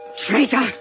Traitor